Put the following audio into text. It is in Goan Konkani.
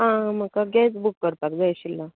आं म्हाका गॅस बुक करपाक जाय आशिल्लो